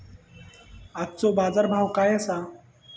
आजचो बाजार भाव काय आसा?